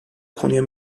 konuya